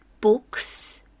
books